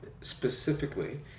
specifically